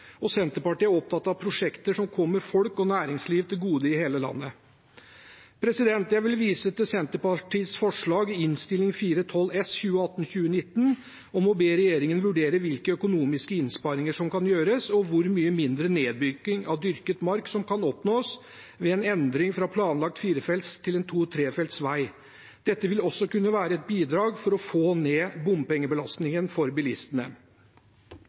og Senterpartiet er opptatt av prosjekter som kommer folk og næringsliv til gode i hele landet. Jeg vil vise til Senterpartiets forslag i Innst. 412 S for 2018–2019, om å be «regjeringen vurdere hvilke økonomiske innsparinger som kan gjøres, og hvor mye mindre nedbygging av dyrket mark som kan oppnås, ved en endring fra planlagt firefelts til en 2/3-felts vei». Dette vil også kunne være et bidrag for å få ned bompengebelastningen for bilistene.